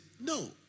No